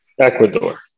Ecuador